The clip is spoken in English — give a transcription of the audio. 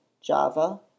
Java